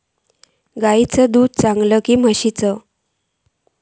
गायचा दूध बरा काय म्हशीचा?